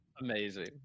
amazing